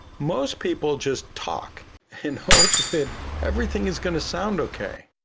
most people just talk and hope that everything is going to sound okay.